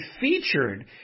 featured